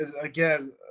again –